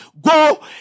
Go